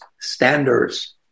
standards